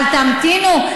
אבל תמתינו.